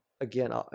again